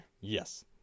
Yes